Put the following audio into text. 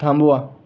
थांबवा